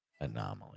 anomaly